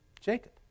Jacob